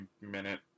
minute